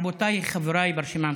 רבותיי, חבריי ברשימה המשותפת,